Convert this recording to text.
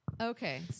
Okay